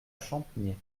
champniers